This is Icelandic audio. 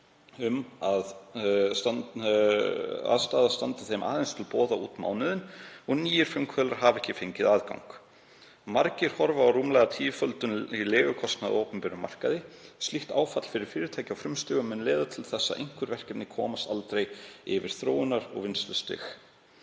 um að aðstaða standi þeim aðeins til boða út mánuðinn og nýir frumkvöðlar hafa ekki fengið aðgang. Margir horfa á rúmlega tíföldun í leigukostnaði á opnum markaði. Slíkt áfall fyrir fyrirtæki á frumstigum mun leiða til þess að einhver verkefni komast aldrei yfir þróunar- og vinnslustig.